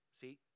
See